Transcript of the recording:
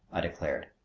i declared.